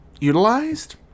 utilized